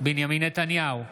בנימין נתניהו,